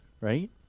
right